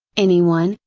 anyone,